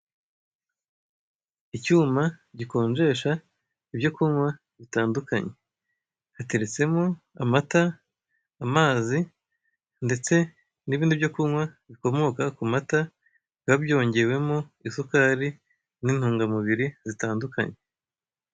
Icyuma gikonjesha ibyokunkwa bitandukanye, biteretsemo amata, amazi ndetse nibindi byokunkwa bikomoka kumata biba byongewemo isukari n'intungamubiri zitandukanye.